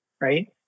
right